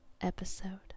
episode